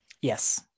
Yes